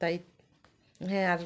তাই হ্যাঁ আর